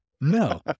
no